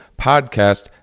podcast